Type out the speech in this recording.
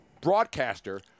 broadcaster